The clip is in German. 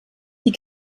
die